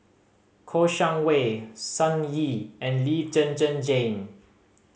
Kouo Shang Wei Sun Yee and Lee Zhen Zhen Jane